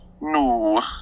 No